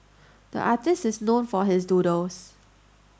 the artist is known for his doodles